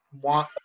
want